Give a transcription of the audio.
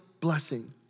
blessing